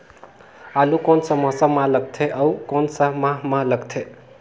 आलू कोन सा मौसम मां लगथे अउ कोन सा माह मां लगथे?